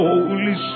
Holy